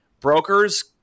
Brokers